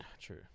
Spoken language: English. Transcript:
true